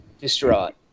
distraught